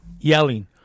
Yelling